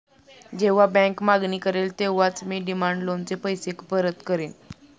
जेव्हा बँक मागणी करेल तेव्हाच मी डिमांड लोनचे पैसे परत करेन